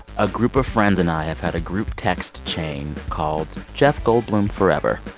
a group of friends and i have had a group text chain called jeff goldblum forever.